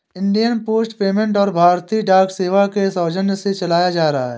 Indian post payment bank भारतीय डाक सेवा के सौजन्य से चलाया जा रहा है